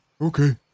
Okay